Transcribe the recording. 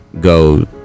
go